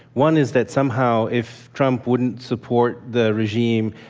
one is that somehow, if trump wouldn't support the regime,